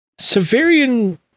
Severian